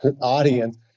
audience